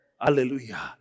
Hallelujah